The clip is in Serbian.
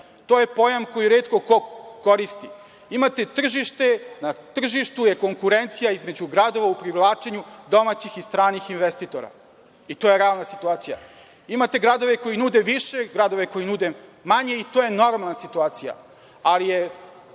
To je pojam koji retko ko koristi. Imate tržište, na tržištu je konkurencija između gradova u privlačenju domaćih i stranih investitora i to je realna situacija. Imate gradove koji nude više i gradove koji nude manje i to je normalna situacija. Ali je